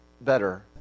better